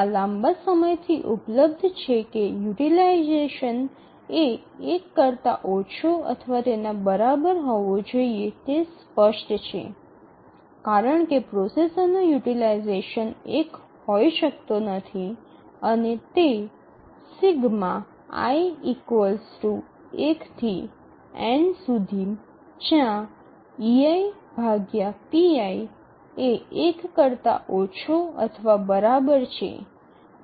આ લાંબા સમયથી ઉપલબ્ધ છે કે યુટીલાઈઝેશન ≤ ૧ સ્પષ્ટ છે કારણ કે પ્રોસેસરનો યુટીલાઈઝેશ ૧ હોઈ શકતો નથી અને તે ≤ 1 છે